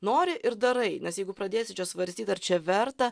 nori ir darai nes jeigu pradėsi čia svarstyt ar čia verta